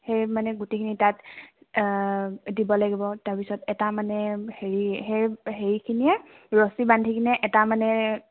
সেই মানে গুটি নি তাত দিব লাগিব তাৰপিছত এটা মানে সেই হেৰিখিনি য়েৰছী বান্ধি কিনে এটা মানে